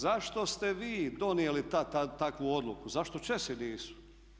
Zašto ste vi donijeli tad takvu odluku, zašto Česi nisu?